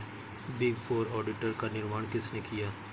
Big four auditor का निर्माण किसने किया?